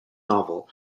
novel